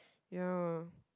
ya